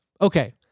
okay